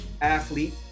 athlete